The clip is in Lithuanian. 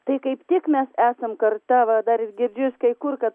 tai kaip tik mes esam karta va dar ir girdžiu jus kai kur kad